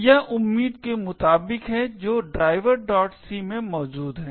यह उम्मीद के मुताबिक है जो driverc में मौजूद है